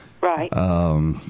Right